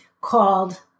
called